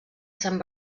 sant